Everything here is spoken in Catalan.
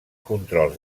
controls